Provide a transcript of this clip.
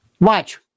Watch